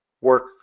work